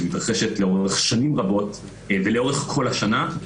שמתרחשת לאורך שנים רבות ולאורך כל השנה,